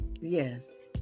Yes